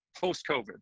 post-COVID